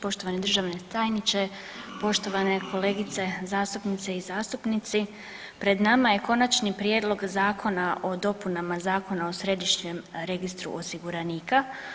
Poštovani državni tajniče, poštovane kolegice zastupnice i zastupnici, pred nama je Konačni prijedlog Zakona o dopunama Zakona o središnjem registru osiguranika.